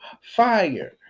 fire